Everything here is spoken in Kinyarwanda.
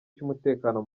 cy’umutekano